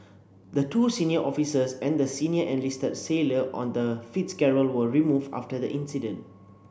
the two senior officers and the senior enlisted sailor on the Fitzgerald were removed after the incident